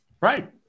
Right